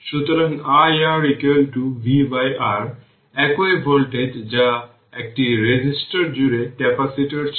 সুতরাং iR vR একই voltage যা একটি রেজিস্টর জুড়ে ক্যাপাসিটর ছিল